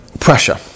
pressure